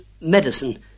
medicine